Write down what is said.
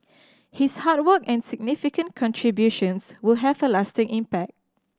his hard work and significant contributions will have a lasting impact